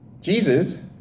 Jesus